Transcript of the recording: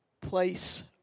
place